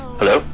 Hello